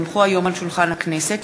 כי הונחו היום על שולחן הכנסת,